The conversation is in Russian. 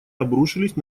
обрушились